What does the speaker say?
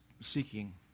seeking